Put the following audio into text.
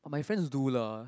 but my friends do lah